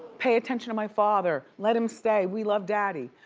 pay attention to my father, let him stay, we love daddy.